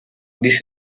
this